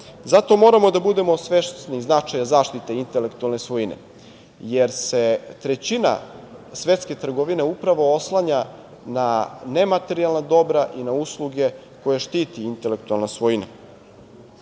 moramo da budemo svesni značaja zaštite intelektualne svojine, jer se trećina svetske trgovine upravo oslanja na nematerijalna dobra i na usluge koje štiti intelektualna svojina. LJudi